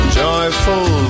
joyful